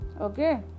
Okay